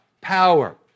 Power